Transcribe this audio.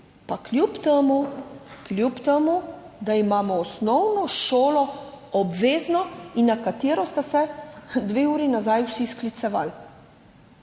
kljub temu da imamo osnovno šolo obvezno, in na katero ste se dve uri nazaj vsi sklicevali,